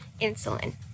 insulin